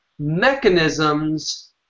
mechanisms